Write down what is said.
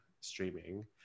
streaming